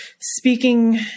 speaking